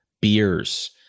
Beers